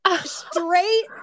straight